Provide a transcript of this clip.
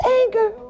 anger